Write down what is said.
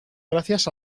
gracias